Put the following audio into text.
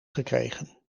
gekregen